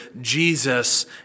Jesus